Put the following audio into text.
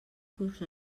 curs